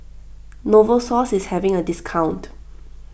Novosource is having a discount